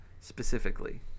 specifically